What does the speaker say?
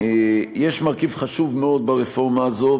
יש מרכיב חשוב מאוד ברפורמה הזו,